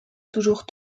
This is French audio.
toujours